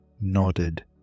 nodded